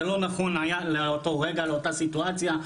זה לא נכון היה לאותו רגע, לאותה סיטואציה.